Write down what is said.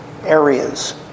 areas